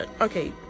Okay